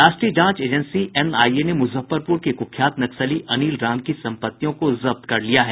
राष्ट्रीय जांच agency NIA ने मुजफ्फरपुर के कुख्यात नक्सली अनिल राम की संपत्तियों को जब्त कर लिया है